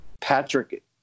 Patrick